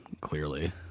clearly